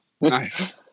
Nice